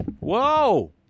Whoa